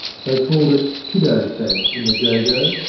they called it kiddo's bank in the jago,